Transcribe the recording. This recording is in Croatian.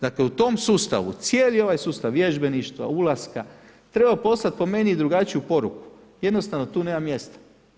Dakle u tom sustavu, cijeli ovaj sustav vježbeništva, ulaska, treba poslat po meni drugačiju poruku, jednostavno tu nema mjesta.